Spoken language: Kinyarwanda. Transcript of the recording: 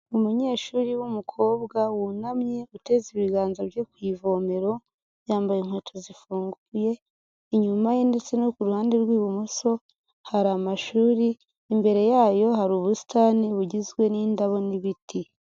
Umunyeshuri w'umukobwa wunamye uteze ibiganza bye ku ivomero, yambaye inkweto zifunguye, inyuma ye ndetse no ku ruhande rw'ibumoso hari amashuri, imbere yayo hari ubusitani bugizwe n'indabo n'ibiti.